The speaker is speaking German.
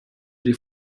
die